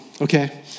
okay